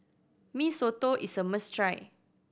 Mee Soto is a must try